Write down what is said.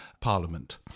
parliament